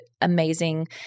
amazing